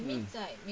mm